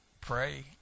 pray